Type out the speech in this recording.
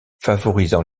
favorisant